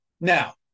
Now